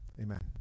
Amen